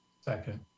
Second